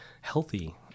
healthy